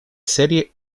serie